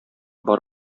бар